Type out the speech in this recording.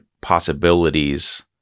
possibilities